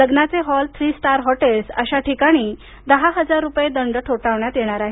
लग्नाचे hall three star hotels अशा ठिकाणी दहा हजार रुपये दंड ठोठावण्यात येणार आहे